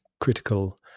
critical